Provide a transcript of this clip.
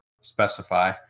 specify